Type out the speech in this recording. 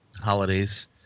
holidays